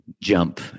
jump